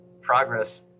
progress